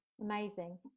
Amazing